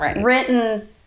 written